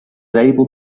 able